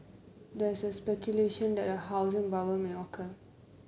there is speculation that a housing bubble may occur